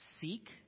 seek